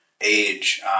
age